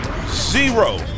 Zero